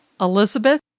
Elizabeth